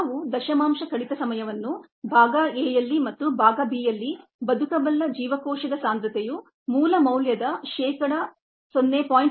ನಾವು decimal reduction time ಅನ್ನು ಭಾಗ a ಯಲ್ಲಿ ಮತ್ತು ಭಾಗ b ಯಲ್ಲಿ ವ್ಯೆಯಬಲ್ ಸೆಲ್ ಕಾನ್ಸಂಟ್ರೇಶನ್ ಮೂಲ ಮೌಲ್ಯದ ಶೇಕಡಾ 0